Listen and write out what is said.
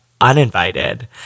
uninvited